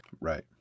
Right